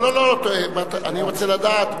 אני רוצה לדעת,